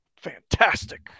fantastic